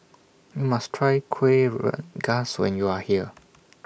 YOU must Try Kueh Rengas when YOU Are here